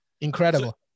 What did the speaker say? Incredible